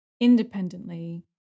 independently